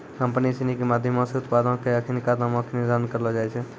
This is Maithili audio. कंपनी सिनी के माधयमो से उत्पादो पे अखिनका दामो के निर्धारण करलो जाय छै